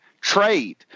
trade